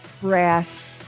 brass